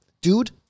dude